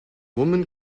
woman